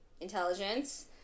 Intelligence